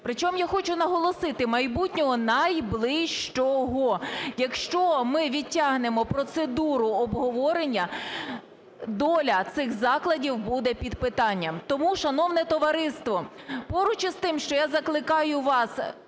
Причому я хочу наголосити: майбутнього найближчого. Якщо ми відтягнемо процедуру обговорення, доля цих закладів буде під питанням. Тому, шановне товариство, поруч із тим, що я закликаю вас